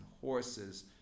horses